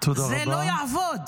זה לא יעבוד.